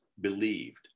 believed